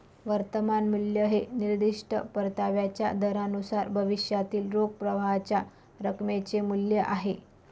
वर्तमान मूल्य हे निर्दिष्ट परताव्याच्या दरानुसार भविष्यातील रोख प्रवाहाच्या रकमेचे मूल्य आहे